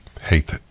hate